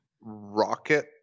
rocket